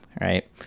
right